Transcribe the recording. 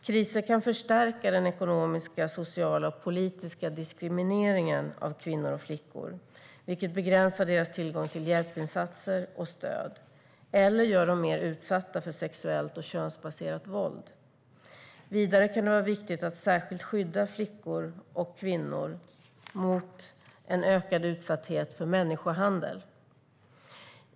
Kriser kan förstärka den ekonomiska, sociala och politiska diskrimineringen av kvinnor och flickor, vilket begränsar deras tillgång till hjälpinsatser och stöd eller gör dem mer utsatta för sexuellt och könsbaserat våld. Vidare kan det vara viktigt att särskilt skydda kvinnor och flickor mot ökad utsatthet för människohandel.